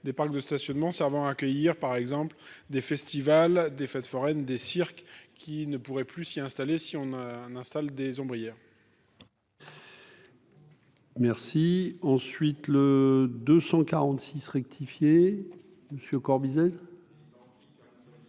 des parcs de stationnement accueillir par exemple des festivals, des fêtes foraines des cirques qui ne pourrait plus s'y installer, si on a un sale des ombres hier. Merci, ensuite le 246 rectifié monsieur corps